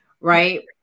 Right